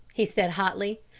he said hotly,